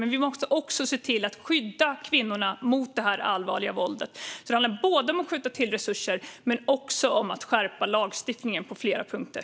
Men vi måste också se till att skydda kvinnorna mot det här allvarliga våldet. Det handlar både om att skjuta till resurser och om att skärpa lagstiftningen på flera punkter.